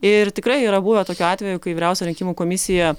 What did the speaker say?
ir tikrai yra buvę tokių atvejų kai vyriausia rinkimų komisija